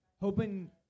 hoping